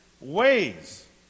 ways